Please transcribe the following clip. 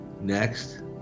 Next